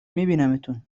میبینمتون